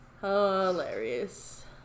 hilarious